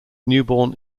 newborn